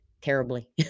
terribly